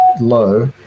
low